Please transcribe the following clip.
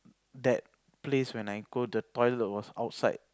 that place when I go the toilet was outside